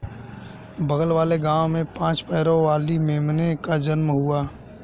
बगल वाले गांव में पांच पैरों वाली मेमने का जन्म हुआ है